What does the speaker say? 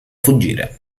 fuggire